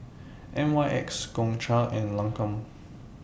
N Y X Gongcha and Lancome